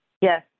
Yes